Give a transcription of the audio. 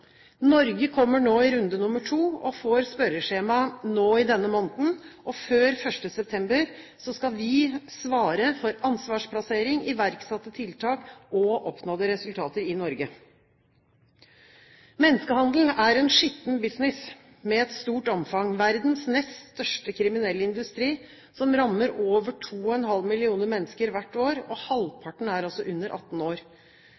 Norge kommer i runde nummer to og får spørreskjema nå i denne måneden, og før 1. september skal vi svare for ansvarsplassering, iverksatte tiltak og oppnådde resultater i Norge. Menneskehandel er en skitten business med et stort omfang – verdens nest største kriminelle industri, som rammer over 2,5 millioner mennesker hvert år, og halvparten er under 18 år.